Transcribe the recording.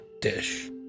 dish